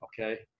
okay